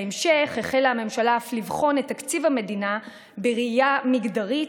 בהמשך החלה הממשלה אף לבחון את תקציב המדינה בראייה מגדרית,